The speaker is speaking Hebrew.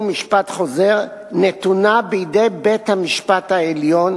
משפט חוזר נתונה בידי בית-המשפט העליון,